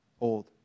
old